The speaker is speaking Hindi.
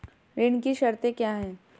ऋण की शर्तें क्या हैं?